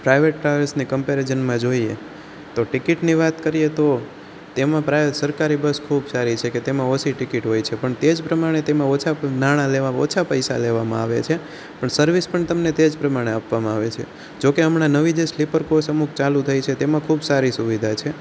private travels ની comparison માં જોઈએ તો ટિકિટની વાત કરીએ તો તેમાં પ્રા સરકારી બસ ખૂબ સારી છે કે તેમાં ઓછી ટિકિટ હોય છે પણ તેજ પ્રમાણે તેમાં ઓછાં નાણાં લેવા ઓછા પૈસા લેવામાં આવે છે પણ સર્વિસ પણ તમને તેજ પ્રમાણે આપવામાં આવે છે જોકે હમણાં નવી જે સ્લીપર કોસ અમુક ચાલુ થઈ છે તેમાં ખૂબ સારી સુવિધા છે